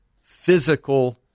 physical